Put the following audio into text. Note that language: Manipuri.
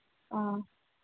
ꯑ